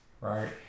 right